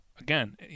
again